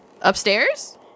upstairs